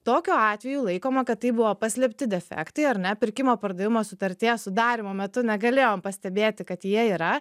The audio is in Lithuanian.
tokiu atveju laikoma kad tai buvo paslėpti defektai ar ne pirkimo pardavimo sutarties sudarymo metu negalėjom pastebėti kad jie yra